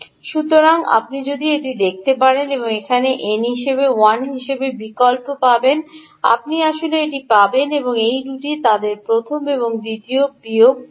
সুতরাং আপনি যদি এটি দেখতে পারেন এখানে n হিসাবে 1 হিসাবে বিকল্প পাবেন আপনি আসলে এটি পাবেন এবং এই দুটি তাদের প্রথম এবং দ্বিতীয় বিয়োগ বিয়োগ এই V